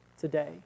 today